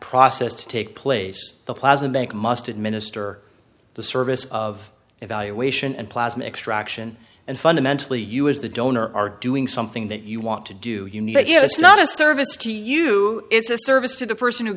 process to take place the plaza bank must administer the service of evaluation and plasma extraction and fundamentally you as the donor are doing something that you want to do you need to do it's not a service to you it's a service to the person who